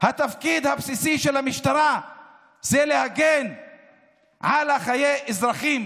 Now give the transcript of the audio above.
התפקיד הבסיסי של המשטרה הוא להגן על חיי האזרחים,